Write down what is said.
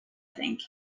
think